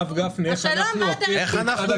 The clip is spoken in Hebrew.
להעלות להצבעה את הבקשה של חבר הכנסת גפני לדיון מחדש